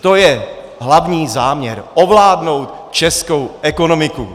Takže to je hlavní záměr ovládnout českou ekonomiku.